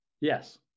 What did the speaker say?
Yes